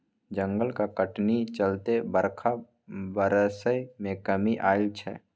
जंगलक कटनी चलते बरखा बरसय मे कमी आएल छै